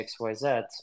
XYZ